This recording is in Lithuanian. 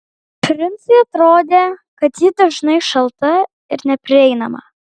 princui atrodė kad ji dažnai šalta ir neprieinama